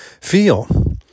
feel